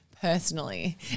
personally